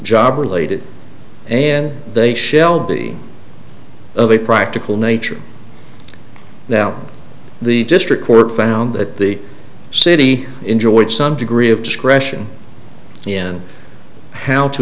job related and they shelby of a practical nature now the district court found that the city enjoyed some degree of discretion in how to